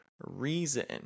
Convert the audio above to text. reason